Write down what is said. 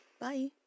Bye